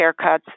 haircuts